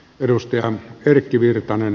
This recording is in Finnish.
edustaja erkki virtanen